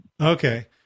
Okay